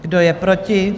Kdo je proti?